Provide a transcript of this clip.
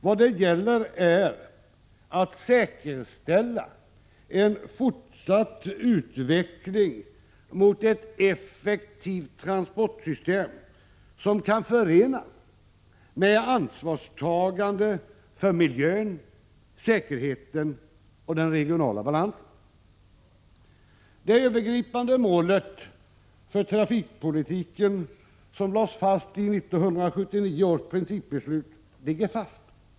Vad det gäller är att säkerställa en fortsatt utveckling mot ett effektivt transportsystem som kan förenas med ansvarstagande för miljön, säkerheten och den regionala balansen. Prot. 1986/87:99 Det övergripande målet för trafikpolitiken, som lades fast i 1979 års — 1april 1987 principbeslut, ligger fast.